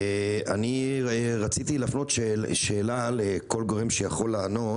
אני רציתי להפנות שאלה לכל גורם שיכול לענות.